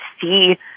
see